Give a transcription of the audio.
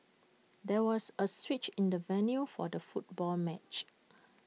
there was A switch in the venue for the football match